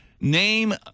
name